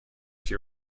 she